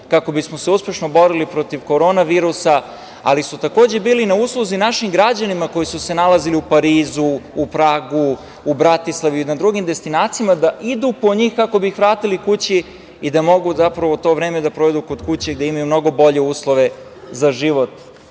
kako bismo se uspešno borili protiv korona virusa, ali su takođe bili i na usluzi našim građanima koji su se nalazili u Parizu, Pragu, Bratislavi i na drugim destinacijama da idu po njih kako bi ih vratili kući i da mogu to vreme da provedu kod kuće, gde imaju mnogo bolje uslove za život